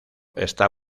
está